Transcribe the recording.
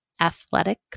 athletic